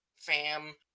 fam